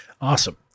Awesome